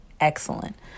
excellent